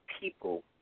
people